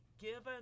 given